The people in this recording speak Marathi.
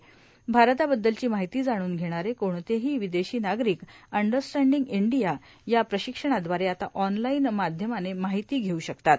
श्भारताबद्दलची माहिती जाणून घेणारे कोणतेही विदेशी नागरिक अंडरस्टँडीग इंडियाश या प्रशिक्षणादवारे आता ऑनलाईन माध्यमाने माहिती घेऊ शकतात